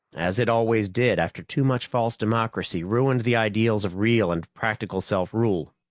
as it always did after too much false democracy ruined the ideals of real and practical self-rule.